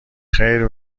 خیر